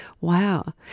wow